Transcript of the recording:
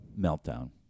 meltdown